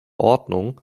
ordnung